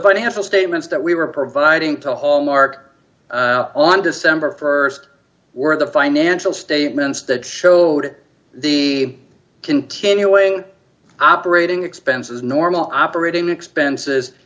financial statements that we were providing to hallmark on december st were the financial statements that showed the continuing operating expenses normal operating expenses